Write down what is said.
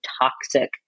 toxic